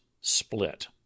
split